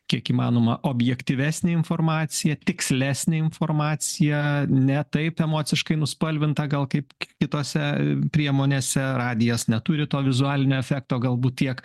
kiek įmanoma objektyvesnę informaciją tikslesnę informaciją ne taip emociškai nuspalvintą gal kaip kitose priemonėse radijas neturi to vizualinio efekto galbūt tiek